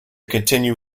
continue